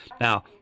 Now